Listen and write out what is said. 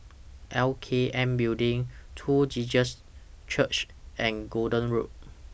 L K N Building True Jesus Church and Gordon Road